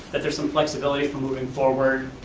that there's some flexibility for moving forward,